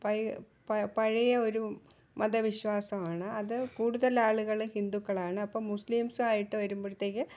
പയയ പഴയ ഒരു മതവിശ്വാസമാണ് അതു കൂടുതൽ ആളുകൾ ഹിന്ദുക്കളാണ് അപ്പം മുസ്ലിംസായിട്ട് വരുമ്പോഴത്തേക്ക്